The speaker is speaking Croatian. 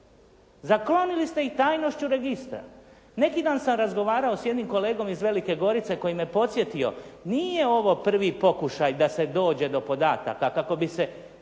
Zaklonili ste i tajnošću registra. Neki dan sam razgovarao s jednim kolegom iz Velike Gorice koji me podsjetio, nije ovo prvi pokušaj da se dođe do podataka kako bi se